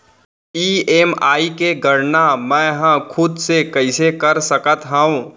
EMI के गड़ना मैं हा खुद से कइसे कर सकत हव?